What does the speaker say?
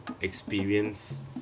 experience